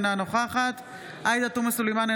אינה נוכחת עאידה תומא סלימאן,